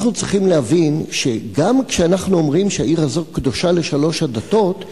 אנחנו צריכים להבין שגם כשאנחנו אומרים שהעיר הזאת קדושה לשלוש הדתות,